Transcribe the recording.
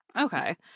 Okay